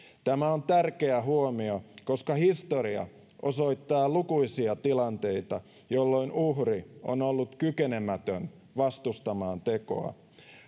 tämä on tärkeä huomio koska historia osoittaa lukuisia tilanteita jolloin uhri on ollut kykenemätön vastustamaan tekoa